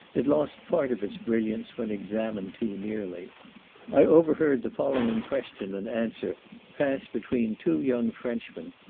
it lost part of its brilliance when examined too nearly i overheard the following question and answer pass between two young frenchmen,